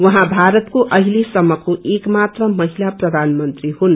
उहाँ भारतको अहिलेसम्मको एक मात्र महिला प्रधानमन्त्री हुन्